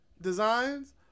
designs